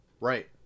Right